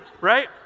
right